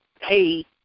hey